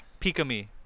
Pikami